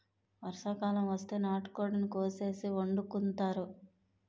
వర్షాకాలం వస్తే నాటుకోడిని కోసేసి వండుకుంతారు